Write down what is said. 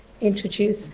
introduce